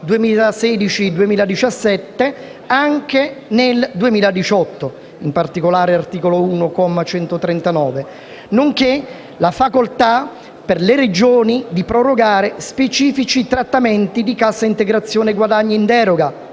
2016-2017, anche nel 2018 (in particolare, l'articolo 1, comma 139), nonché la facoltà per le Regioni di prorogare specifici trattamenti di Cassa integrazione guadagni in deroga